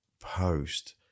post